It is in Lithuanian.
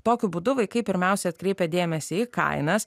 tokiu būdu vaikai pirmiausia atkreipė dėmesį į kainas